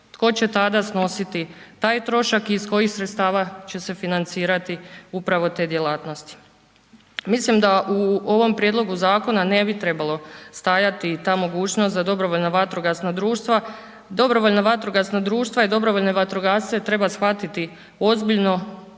tko će tada snositi taj trošak i iz kojih sredstava će se financirati upravo te djelatnosti? Mislim da u ovom prijedlogu zakona ne bi trebalo stajati ta mogućnost za DVD, DVD i dobrovoljne vatrogasce treba shvatiti ozbiljno